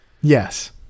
Yes